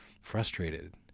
frustrated